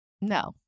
No